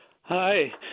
Hi